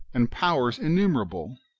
and powers innumerable?